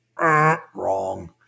wrong